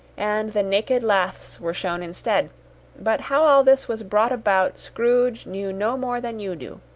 and the naked laths were shown instead but how all this was brought about, scrooge knew no more than you do.